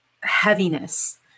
heaviness